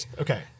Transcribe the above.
Okay